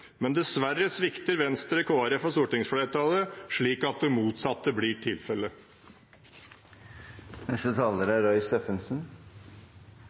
Men dessverre svikter Venstre og Kristelig Folkeparti og stortingsflertallet, slik at det motsatte blir tilfellet.